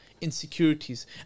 insecurities